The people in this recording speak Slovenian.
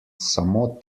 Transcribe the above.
samo